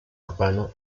urbano